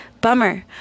Bummer